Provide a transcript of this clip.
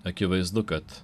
akivaizdu kad